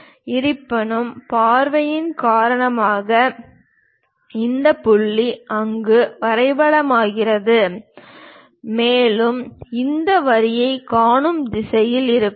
இருப்பினும் பார்வையின் காரணமாக இந்த புள்ளி அங்கு வரைபடமாகிறது மேலும் இந்த வரியைக் காணும் நிலையில் இருப்போம்